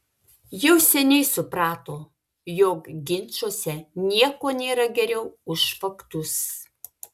jau seniai suprato jog ginčuose nieko nėra geriau už faktus